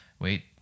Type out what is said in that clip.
Wait